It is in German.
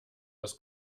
das